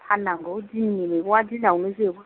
फाननांगौ दिननि मैगङा दिनावनो जोबो